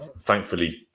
thankfully